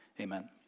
amen